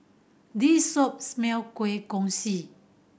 this shop smell kueh kosui